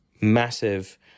massive